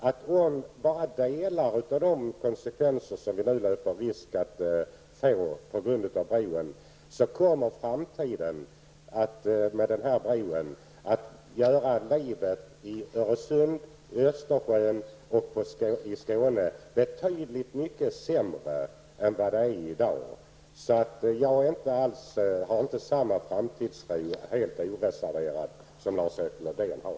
Även om vi bara drabbas av delar av de de konsekvenser som vi nu löper risk att få på grund av bron, kommer framtiden att med denna bro att göra livet i Öresund, Östersjön och Skåne betydligt mycket sämre än vad det är i dag. Jag har inte samma oreserverade framtidstro som Lars-Erik Lövdén har.